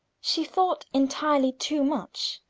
she thought entirely too much,